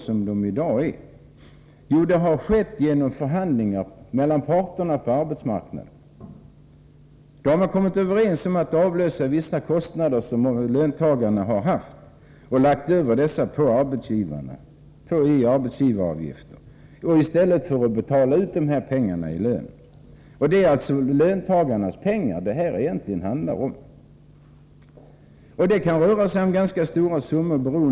Jo, det beror på de förhandlingar som förts mellan parterna på arbetsmarknaden. Dessa har kommit överens om en ändring. Vissa kostnader som löntagarna har haft, har lagts över på arbetsgivarna i form av arbetsgivaravgifter. Men egentligen är det fråga om löntagarnas pengar. Man går efter antalet anställda, så det kan röra sig om ganska stora summor.